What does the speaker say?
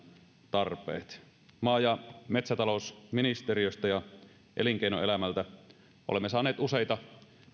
tarpeet maa ja metsätalousministeriöstä ja elinkeinoelämältä olemme saaneet useita